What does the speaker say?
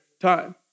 time